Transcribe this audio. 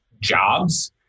jobs